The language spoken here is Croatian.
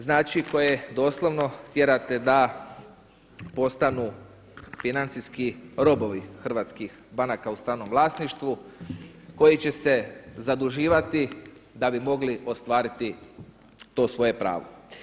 Znači, koje doslovno tjerate da postanu financijski robovi hrvatskih banaka u stranom vlasništvu, koji će se zaduživati da bi mogli ostvariti to svoje pravo.